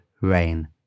RAIN